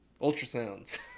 Ultrasounds